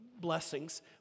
blessings